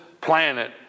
planet